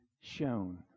shown